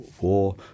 war